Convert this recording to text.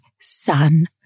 son